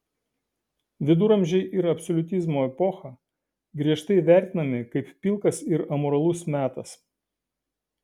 viduramžiai ir absoliutizmo epocha griežtai vertinami kaip pilkas ir amoralus metas